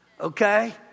Okay